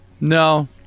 No